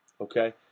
Okay